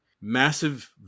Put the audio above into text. massive